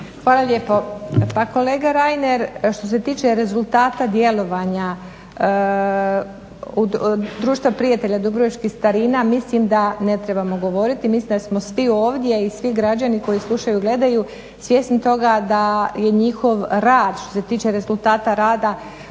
Hvala lijepo. Pa kolega Reiner što se tiče rezultata djelovanja Društva prijatelja dubrovačkih starina mislim da ne trebamo govoriti, mislim da smo svi ovdje i svi građani koji slušaju i gledaju svjesni toga da je njihov rad što se tiče rezultata rada